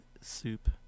soup